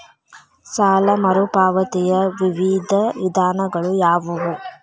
ಸಾಲ ಮರುಪಾವತಿಯ ವಿವಿಧ ವಿಧಾನಗಳು ಯಾವುವು?